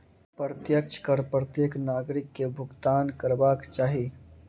प्रत्यक्ष कर प्रत्येक नागरिक के भुगतान करबाक चाही